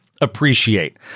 appreciate